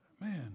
man